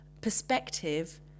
perspective